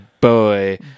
boy